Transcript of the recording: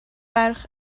allu